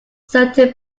certain